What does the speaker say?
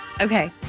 Okay